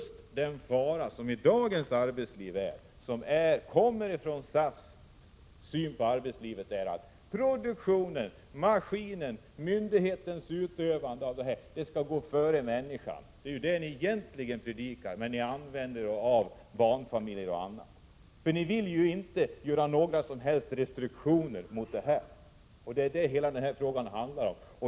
SAF:s syn på arbetslivet är att produktionen, maskinen och myndighetsutövningen skall gå före människan. Det är detta ni egentligen predikar, men ni använder er av barnfamiljer och annat i er argumentation. Ni vill inte ha några som helst restriktioner, och det är vad hela frågan handlar om.